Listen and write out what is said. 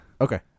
Okay